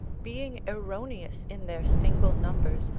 being erroneous in their single numbers,